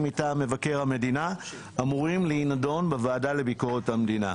מטעם מבקר המדינה אמורים לידון בוועדה לביקורת המדינה.